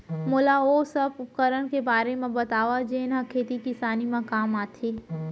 मोला ओ सब उपकरण के बारे म बतावव जेन ह खेती किसानी म काम आथे?